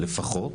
לפחות.